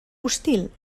hostil